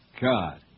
God